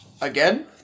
again